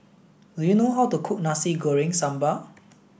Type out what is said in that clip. do you know how to cook Nasi Goreng Sambal